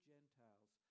Gentiles